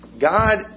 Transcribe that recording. God